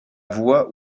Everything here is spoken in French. voie